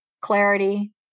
clarity